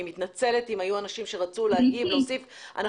אני מתנצלת אם היו אנשים שרצו להוסיף אבל